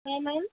मामोन